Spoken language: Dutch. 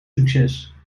succes